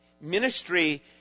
ministry